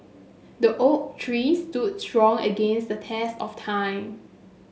the oak tree stood strong against the test of time